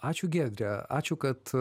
ačiū giedre ačiū kad